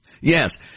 Yes